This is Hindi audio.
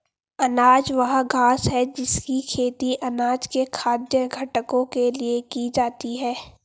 अनाज वह घास है जिसकी खेती अनाज के खाद्य घटकों के लिए की जाती है